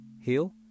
heal